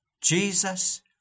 Jesus